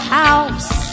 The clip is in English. house